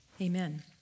Amen